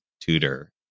tutor